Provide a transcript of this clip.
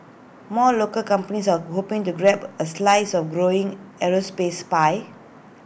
more local companies are hoping to grab A slice of growing aerospace pie